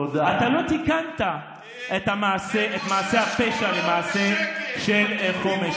אתה לא תיקנת את מעשה הפשע, המעשה של חומש.